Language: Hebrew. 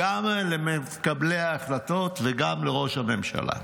גם למקבלי ההחלטות וגם לראש הממשלה.